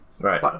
Right